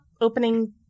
opening